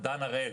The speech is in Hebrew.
דן הראל,